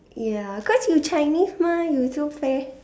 ya cause you Chinese mah you so fair